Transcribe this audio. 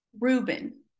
Reuben